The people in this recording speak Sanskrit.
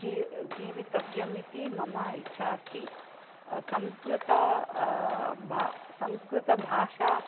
जी जीवितव्यम् इति मम इच्छा अस्ति संस्कृतं भा संस्कृतभाषा